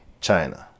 China